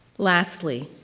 lastly,